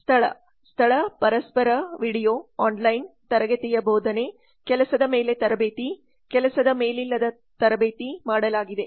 ಸ್ಥಳ ಸ್ಥಳ ಪರಸ್ಪರ ವೀಡಿಯೊ ಆನ್ಲೈನ್ ತರಗತಿಯ ಬೋಧನೆ ಕೆಲಸದ ಮೇಲೆ ತರಬೇತಿ ಕೆಲಸಡಾ ಮೇಲಿಲ್ಲದ ತರಬೇತಿ ಮಾಡಲಾಗಿದೆ